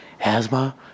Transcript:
asthma